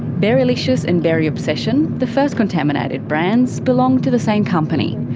berrylicious and berry obsession, the first contaminated brands, belong to the same company.